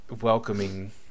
welcoming